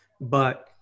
but-